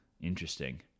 Interesting